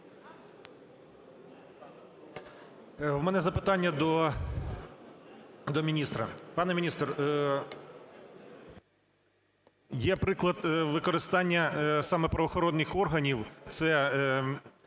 В мене запитання до міністра. Пане міністр, є приклад використання саме правоохоронних органів –